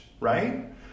right